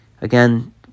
again